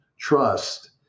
trust